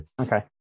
okay